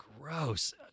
gross